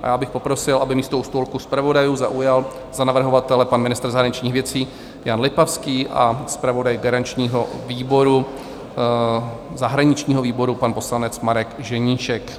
A já bych poprosil, aby místo u stolku zpravodajů zaujal za navrhovatele pan ministr zahraničních věcí Jan Lipavský a zpravodaj garančního výboru zahraničního výboru, pan poslanec Marek Ženíšek.